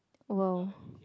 !woah!